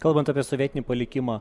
kalbant apie sovietinį palikimą